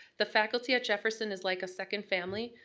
the faculty at jefferson is like a second family,